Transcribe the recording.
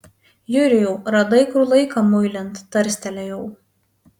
jurijau radai kur laiką muilint tarstelėjau